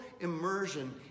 immersion